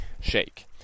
shake